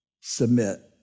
Submit